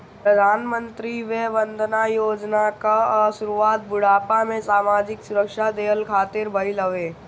प्रधानमंत्री वय वंदना योजना कअ शुरुआत बुढ़ापा में सामाजिक सुरक्षा देहला खातिर भईल हवे